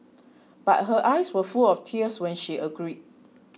but her eyes were full of tears when she agreed